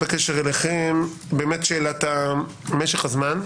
שאלת משך הזמן.